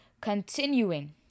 Continuing